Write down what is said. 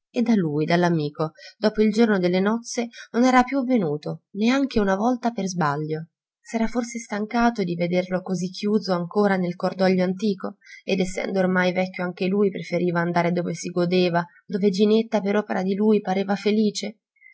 e da lui dall'amico dopo il giorno delle nozze non era più venuto neanche una volta per isbaglio s'era forse stancato di vederlo così chiuso ancora nel cordoglio antico ed essendo ormai vecchio anche lui preferiva andare dove si godeva dove ginetta per opera di lui pareva felice